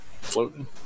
floating